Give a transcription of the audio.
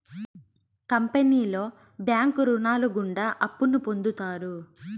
కంపెనీలో బ్యాంకు రుణాలు గుండా అప్పును పొందుతారు